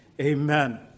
Amen